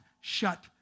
shut